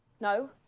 No